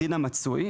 הדין המצוי,